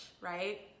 right